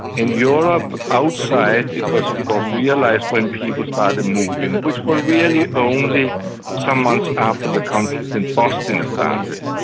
in europe outside it was of course realised when people started moving, which were really only some months after the conflict in bosnia started.